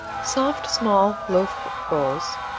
soft, small loaf rolls,